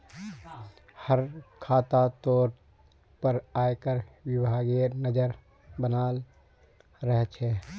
हर खातातोत पर आयकर विभागेर नज़र बनाल रह छे